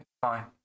Fine